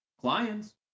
clients